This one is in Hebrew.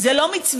זה לא מצווה,